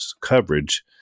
coverage